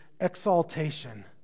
exaltation